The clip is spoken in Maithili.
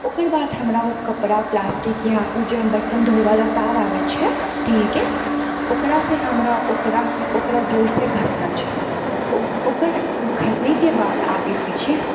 ओकर बाद हमरा उ कपड़ा प्लास्टिक या उ जे हम बर्तन धोयवला तार आबै छै स्टीलके ओकरासँ हमरा ओकरा ओकरा जोड़सँ घसना छै ओ ओकर घसनेके बाद आगे पीछे